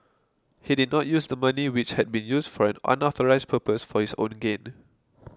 he did not use the money which had been used for an unauthorised purpose for his own gain